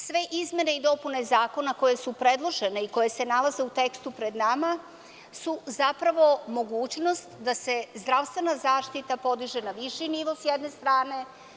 Sve izmene i dopune zakona koje su predložene i koje se nalaze u tekstu pred nama su zapravo mogućnost da se zdravstvena zaštita podiže na viši nivo s jedne strane.